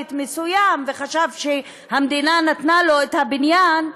מסוים וחשב שהמדינה נתנה לו את הבניין,